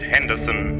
Henderson